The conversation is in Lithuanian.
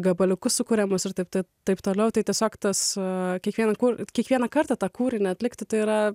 gabaliukus sukuriamos ir taip tai taip toliau tai tiesiog tas kiekvieną kūr kiekvieną kartą tą kūrinį atlikti tai yra